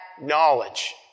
knowledge